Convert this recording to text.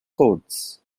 codes